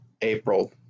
April